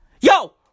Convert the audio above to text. Yo